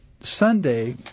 Sunday